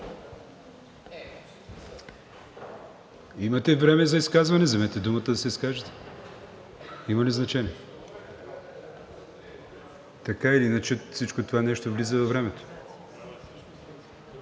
Имате време за изказване, вземете думата да се изкажете. Има ли значение? (Реплики.) Така или иначе всичкото това нещо влиза във времето.